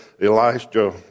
Elijah